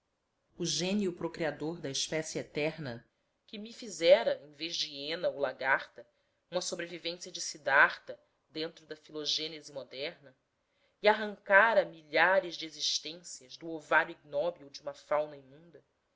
o gênio procriador da espécie eterna que me fizera em vez de hiena ou lagarta uma sobrevivência de sidarta dentro da filogênese moderna e arrancara milhares de existências do ovário ignóbil de uma fauna imunda